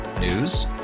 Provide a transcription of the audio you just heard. News